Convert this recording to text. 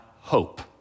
hope